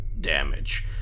damage